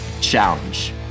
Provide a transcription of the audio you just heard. challenge